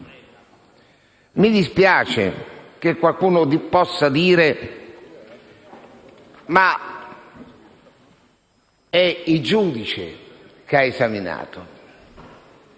Mi dispiace che qualcuno possa dire che è il giudice che ha svolto